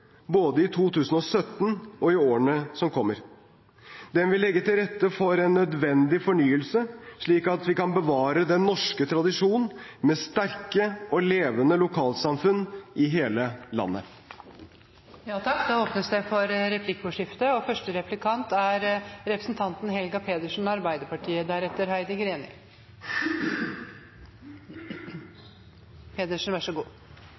både i 2017 og i årene som kommer. Den vil legge til rette for en nødvendig fornyelse, slik at vi kan bevare den norske tradisjonen med sterke og levende lokalsamfunn i hele